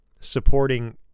supporting